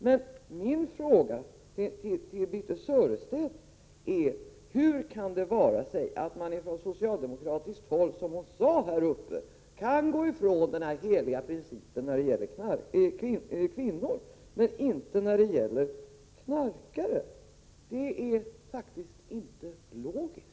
Men min fråga till Birthe Sörestedt är: Hur kan det komma sig att man från socialdemokratiskt håll kan, som Birthe Sörestedt sade, gå ifrån den heliga närhetsprincipen när det gäller kvinnor men inte när det gäller knarkare? Det är faktiskt inte logiskt.